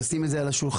לשים את זה על השולחן,